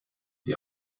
die